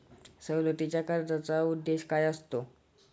सवलतीच्या कर्जाचा उद्देश काय असतो?